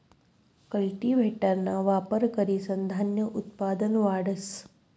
कल्टीव्हेटरना वापर करीसन धान्य उत्पादन वाढस